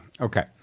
okay